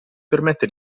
permette